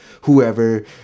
whoever